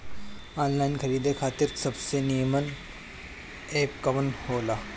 Online खरीदे खातिर सबसे नीमन एप कवन हो ला?